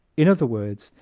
in other words,